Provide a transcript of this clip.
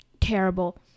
terrible